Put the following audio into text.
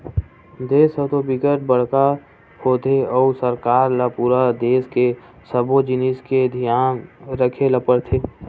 देस ह तो बिकट बड़का होथे अउ सरकार ल पूरा देस के सब्बो जिनिस के धियान राखे ल परथे